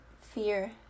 fear